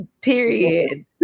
period